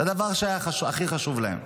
זה הדבר שהיה הכי חשוב להם.